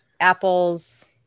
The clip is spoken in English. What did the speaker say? apples